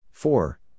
Four